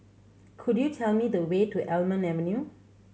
could you tell me the way to Almond Avenue